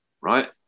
right